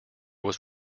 was